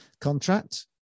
contract